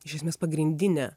iš esmės pagrindinę